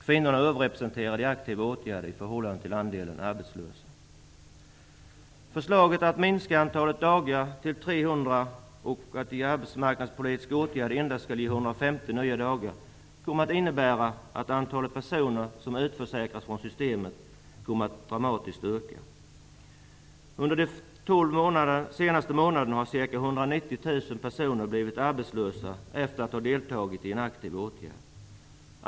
Kvinnorna är överrepresenterade i aktiva åtgärder i förhållande till andelen arbetslösa. 150 nya dagar kommer att innebära att antalet personer som utförsäkras ur systemet kommer att drastiskt öka. Under de senaste 12 månaderna har ca 190 000 personer blivit arbetslösa efter att ha deltagit i en aktiv åtgärd.